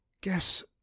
Guess